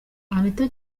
anita